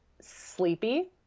sleepy